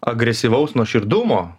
agresyvaus nuoširdumo